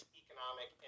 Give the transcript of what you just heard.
economic